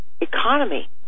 economy